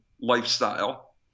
lifestyle